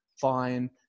fine